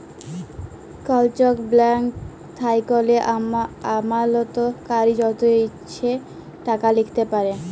call cheque blank থ্যাইকলে আমালতকারী যত ইছে টাকা লিখতে পারে